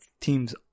team's